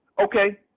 Okay